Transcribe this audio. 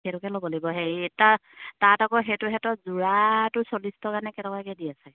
সেইটোকে ল'ব লাগিব হেৰি তাত আকৌ সেইটো সিহঁতৰ যোৰাটো চল্লিছ টকানে কেই টকাকে দিয়ে চাগে